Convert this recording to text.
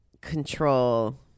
control